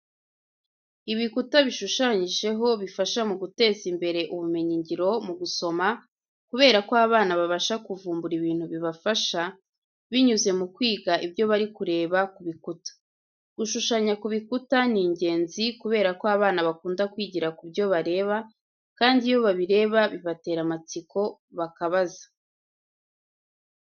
Ibikuta bishushanyijeho bifasha mu guteza imbere ubumenyingiro mu gusoma, kubera ko abana babasha kuvumbura ibintu bibafasha, binyuze mu kwiga ibyo bari kureba kubikuta. Gushushanya ku bikuta ni ingezi kubera ko abana bakunda kwigira ku byo bareba, kandi iyo babireba bibatera amatsiko bakabaza.